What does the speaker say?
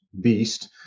beast